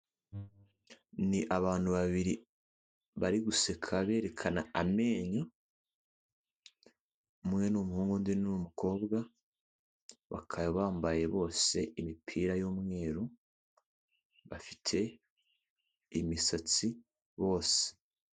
Ni abantu babiri bari guseka berekana amenyo, umwe ni umuhungu undi ni umukobwa bakaba bambaye bose imipira y'umweru bafite imisatsi bose.